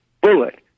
bullet